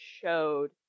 showed